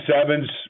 sevens